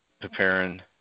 preparing